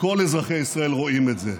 כל אזרחי ישראל רואים את זה,